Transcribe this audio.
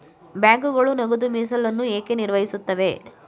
ಬ್ಯಾಂಕುಗಳು ನಗದು ಮೀಸಲನ್ನು ಏಕೆ ನಿರ್ವಹಿಸುತ್ತವೆ?